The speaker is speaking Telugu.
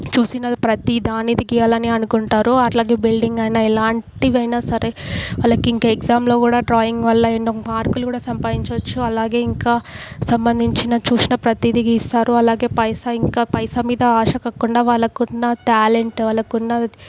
చూసిన ప్రతీ దానిది గీయాలనే అనుకుంటారు అట్లాగే బిల్డింగ్ అయినా ఎలాంటివైనా సరే వాళ్ళకి ఇంకా ఎగ్జామ్లో కూడా డ్రాయింగ్ వల్ల ఎన్నో మార్కులు కూడా సంపాదించవచ్చు అలాగే ఇంకా సంబంధించిన చూసిన ప్రతీది గీస్తారు అలాగే పైసా ఇంకా పైసా మీద ఆశ కాకుండా వాళ్ళకున్న టాలెంట్ వాళ్ళకున్న